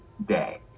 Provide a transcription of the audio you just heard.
day